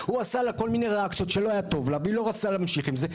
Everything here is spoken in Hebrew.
עשה לה כל מיני ריאקציות והיא לא רצתה להמשיך איתו.